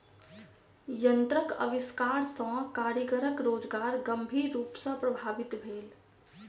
यंत्रक आविष्कार सॅ कारीगरक रोजगार गंभीर रूप सॅ प्रभावित भेल